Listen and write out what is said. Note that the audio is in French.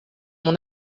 mon